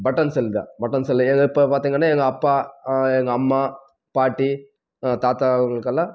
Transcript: button செல்தான் button செல்லையே இப்போ பார்த்திங்கனா எங்கள் அப்பா எங்கள் அம்மா பாட்டி தாத்தா இவங்களுக்கெல்லாம்